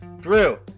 Drew